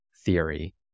theory